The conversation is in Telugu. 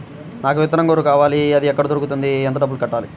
నాకు విత్తనం గొర్రు కావాలి? అది ఎక్కడ దొరుకుతుంది? ఎంత డబ్బులు కట్టాలి?